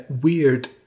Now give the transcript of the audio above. weird